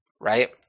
right